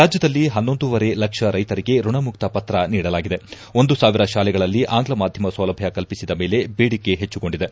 ರಾಜ್ವದಲ್ಲಿ ಪನ್ನೊಂದೂವರೆ ಲಕ್ಷ ರೈಶರಿಗೆ ಋಣಮುಕ್ತ ಪತ್ರ ನೀಡಲಾಗಿದೆ ಒಂದು ಸಾವಿರ ಶಾಲೆಗಳಲ್ಲಿ ಆಂಗ್ಲ ಮಾಧ್ವಮ ಸೌಲಭ್ವ ಕಲ್ಪಿಸಿದ ಮೇಲೆ ಬೇಡಿಕೆ ಹೆಚ್ಚುಗೊಂಡಿದೆ